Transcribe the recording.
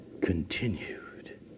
continued